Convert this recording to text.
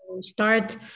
start